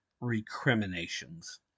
recriminations